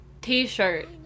t-shirt